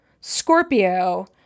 scorpio